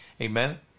Amen